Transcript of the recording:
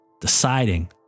deciding